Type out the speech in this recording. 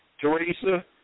Teresa